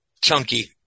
Chunky